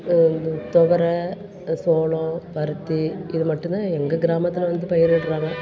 இது துவர சோளம் பருத்தி இது மட்டுந்தான் எங்கள் கிராமத்தில் வந்து பயிரிடுறாங்க